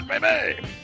Baby